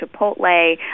chipotle